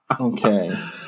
Okay